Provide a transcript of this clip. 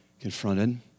confronted